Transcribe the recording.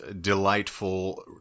delightful